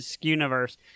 universe